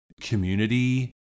community